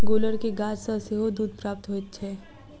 गुलर के गाछ सॅ सेहो दूध प्राप्त होइत छै